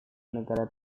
negara